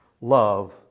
love